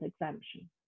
exemption